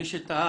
מי שתהה,